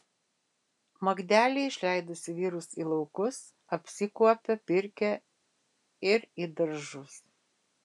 magdelė išleidusi vyrus į laukus apsikuopia pirkią ir į daržus